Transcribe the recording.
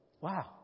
wow